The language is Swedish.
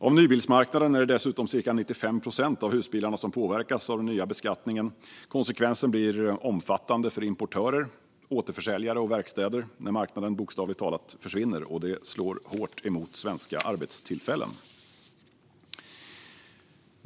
På nybilsmarknaden är det dessutom cirka 95 procent av husbilarna som påverkas av den nya beskattningen. Konsekvensen blir omfattande för importörer, återförsäljare och verkstäder när marknaden bokstavligt talat försvinner. Det slår hårt mot svenska arbetstillfällen.